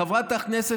לשעבר.